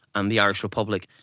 and the irish republic,